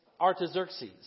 Artaxerxes